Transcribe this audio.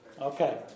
Okay